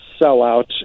sellout